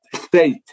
state